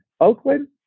Oakland